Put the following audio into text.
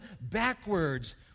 backwards